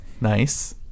nice